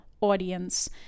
audience